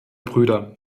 brüder